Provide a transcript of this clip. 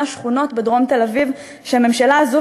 הוא אותן השכונות בדרום תל-אביב שהממשלה הזאת